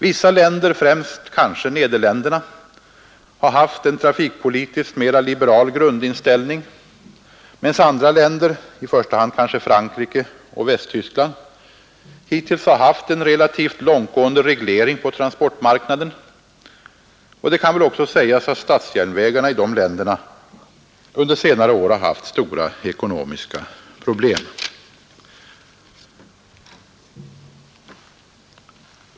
Vissa länder, främst kanske Nederländerna, har haft en trafikpolitiskt mera liberal grundinställning, medan andra länder — i första hand kanske Frankrike och Västtyskland — hittills har haft en relativt långt gående reglering av transportmarknaden. Det kan väl också sägas att statsjärnvägarna i de länderna under senare år har haft stora ekonomiska problem.